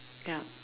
yup